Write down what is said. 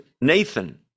Nathan